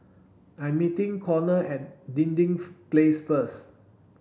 I'm meeting Conner and Dinding Place first